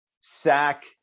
Sack